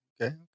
Okay